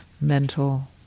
mental